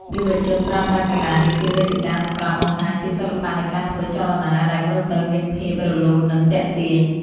យុវជនប្រើប្រាស់កីឡានេះជាវេទិកាសម្រាប់បង្ហាញពីសិល្បៈនៃការធ្វើចលនាដែលមើលទៅមានភាពរលូន និងទាក់ទាញ។